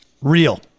Real